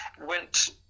Went